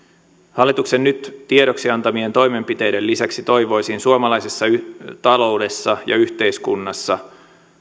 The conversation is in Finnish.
hallituksen nyt tiedoksi antamien toimenpiteiden lisäksi toivoisin suomalaisessa taloudessa ja yhteiskunnassa